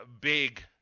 big